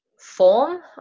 form